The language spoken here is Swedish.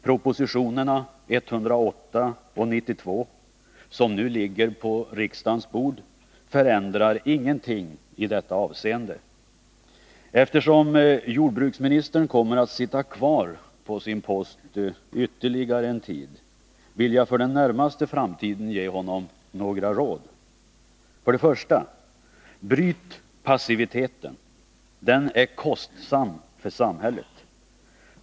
Propositionerna 108 och 92, som nu ligger på riksdagens bord, förändrar ingenting i detta avseende. Eftersom jordbruksministern kommer att sitta kvar på sin post ytterligare en tid, vill jag ge honom några råd för den närmaste framtiden. För det första: Bryt passiviteten, den är kostsam för samhället.